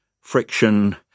friction